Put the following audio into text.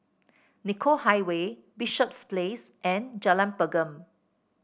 Nicoll Highway Bishops Place and Jalan Pergam